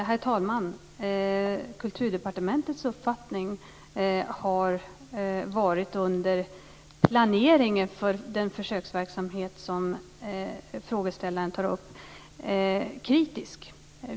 Herr talman! Kulturdepartementets uppfattning har under planeringen för den försöksverksamhet som frågeställaren tar upp varit kritisk.